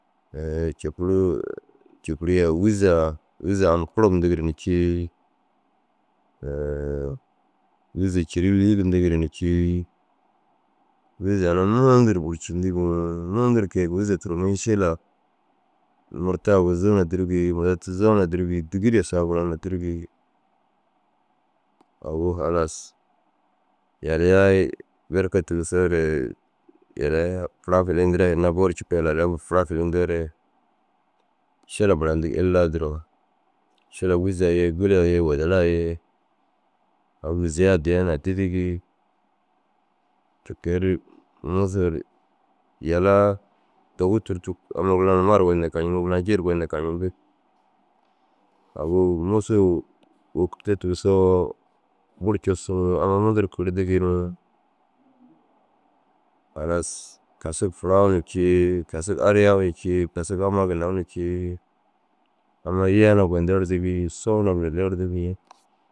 Côfuru côfuri ai wûzaa. « Wûza amkurum » yindigire na cii. wûze « cîliiliili » yindigire na cii. Wûzaa mura mundu ru bûrcindigi ni mundu ru koi wûza turonii šila murta aguzuu na dûrugii murta tuzoo na dûrugii dîgirem saa gura na dûrugii. Agu halas yaliyaa i berke tigisoore yaliyaa fura filiyindire hinnaa boo ru yaliyaa gii fura filiyindoore šila bura yindigi illaa duro. Šila wûzaa ye gûleyaa ye wuderi a ye au wûzeya addiya na dîrigii. Te ke ru musoo ru yalaa dogu tûrtug amma gura na malu ru goyindu kancintig, gura na ji ru goyindu kancintig. Agu musoo u wôkur te tigisoo buru cussu ni amma mundu ru kirdigi ni. Halas kasig fura u na cii, kasig ariya u na cii, kasig amma ginna u na cii. Amma yii- a na goyindu erdigii sôu na goyindu erdigii.